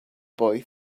boy